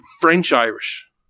French-Irish